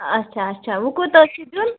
اچھا اچھا وۅنۍ کوٗتاہ چھُ دیُن